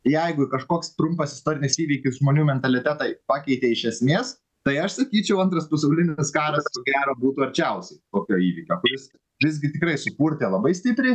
jeigu ir kažkoks trumpas istorinis įvykis žmonių mentalitetai pakeitė iš esmės tai aš sakyčiau antras pasaulinis karas ko gero būtų arčiausiai tokio įvykio kuris visgi tikrai supurtė labai stipriai